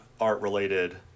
art-related